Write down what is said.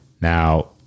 Now